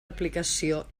aplicació